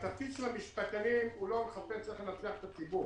תפקיד המשפטנים הוא לא לחפש איך לנצח את הציבור